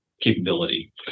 capability